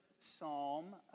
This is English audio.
psalm